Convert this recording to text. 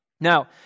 Now